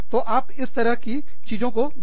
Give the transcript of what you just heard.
तो आप इस तरह की चीजों को जानते हैं